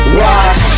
watch